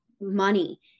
money